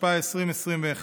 התשפ"א 2021,